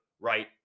right